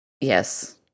Yes